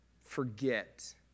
forget